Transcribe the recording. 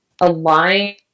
align